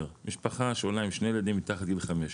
משפחה שעולה עם שני ילדים מתחת לגיל חמש,